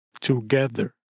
together